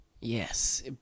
Yes